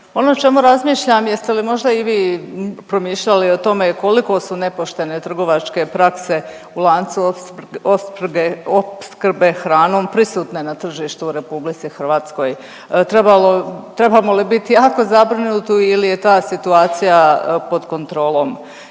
Ono o čemu razmišljam, jeste li možda i vi promišljali o tome koliko su nepoštene trgovačke prakse u lancu opskrbe hranom prisutne na tržištu u RH? Trebamo li biti jako zabrinuti ili je ta situacija pod kontrolom?